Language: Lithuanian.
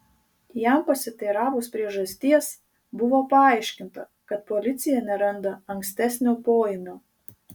jam pasiteiravus priežasties buvo paaiškinta kad policija neranda ankstesnio poėmio